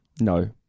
No